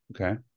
Okay